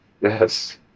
Yes